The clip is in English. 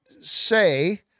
say